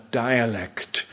dialect